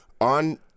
On